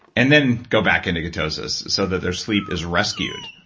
and then go back into ketosis, so that their sleep is rescued.